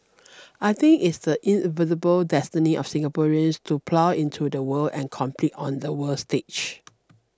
I think it's the destiny of Singaporeans to plug into the world and compete on the world stage